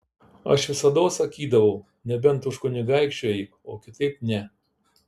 aš visados sakydavau nebent už kunigaikščio eik o kitaip ne